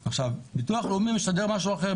ביטוח לאומי משדר משהו אחר,